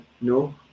No